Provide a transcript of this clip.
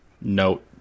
note